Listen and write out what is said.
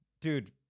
Dude